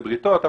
לבריתות,